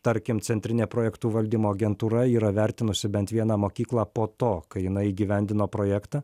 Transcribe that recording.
tarkim centrinė projektų valdymo agentūra yra vertinusi bent vieną mokyklą po to kai jinai įgyvendino projektą